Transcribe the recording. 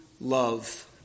love